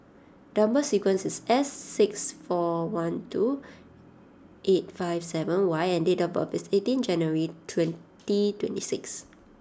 number sequence is S six four one two eight five seven Y and date of birth is eighteen January twenty twenty six